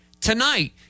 tonight